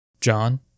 John